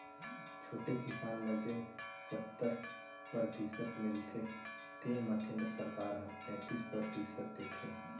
छोटे किसान ल जेन सत्तर परतिसत मिलथे तेन म केंद्र सरकार ह तैतीस परतिसत देथे